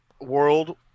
world